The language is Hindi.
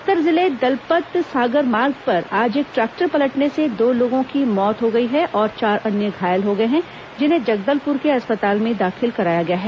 बस्तर जिले दलपत सागर मार्ग पर आज एक ट्रैक्टर पलटने से दो लोगों की मौत हो गई है और चार अन्य घायल हो गए है जिन्हें जगदलपुर के अस्पताल में दाखिल कराया गया है